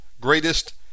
greatest